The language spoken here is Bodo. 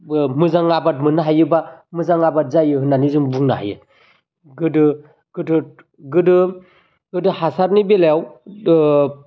मोजां आबाद मोननो हायो बा मोजां आबाद जायो होननानै जों बुंनो हायो गोदो गोदो गोदो गोदो हासारनि बेलायाव ओ